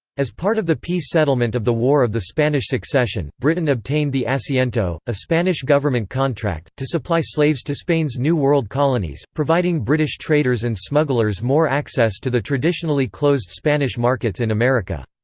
as part of the peace settlement of the war of the spanish succession, britain obtained the ah so asiento, a spanish government contract, to supply slaves to spain's new world colonies, providing british traders and smugglers more access to the traditionally closed spanish markets in america.